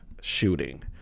shooting